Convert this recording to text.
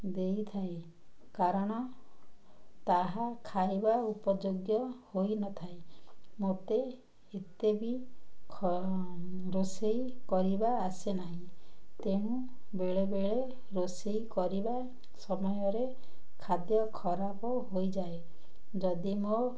ଦେଇଥାଏ କାରଣ ତାହା ଖାଇବା ଉପଯୋଗ୍ୟ ହୋଇନଥାଏ ମୋତେ ଏତେ ବିି ରୋଷେଇ କରିବା ଆସେ ନାହିଁ ତେଣୁ ବେଳେବେଳେ ରୋଷେଇ କରିବା ସମୟରେ ଖାଦ୍ୟ ଖରାପ ହୋଇଯାଏ ଯଦି ମୋ